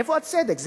איפה הצדק?